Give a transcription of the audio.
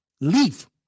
Leave